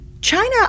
China